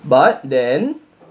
but then